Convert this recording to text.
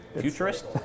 futurist